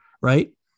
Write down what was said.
Right